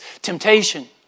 temptation